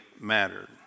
mattered